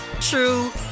true